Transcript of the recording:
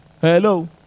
Hello